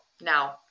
now